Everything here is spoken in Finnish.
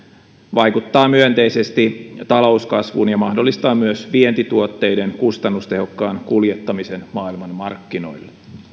vaikuttaa myönteisesti talouskasvuun ja mahdollistaa myös vientituotteiden kustannustehokkaan kuljettamisen maailmanmarkkinoille